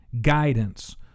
guidance